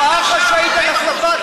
היושב-ראש, אנחנו באמצע דיון מרתק.